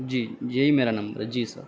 جی یہی میرا نمبر ہے جی سر